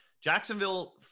Jacksonville